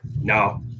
No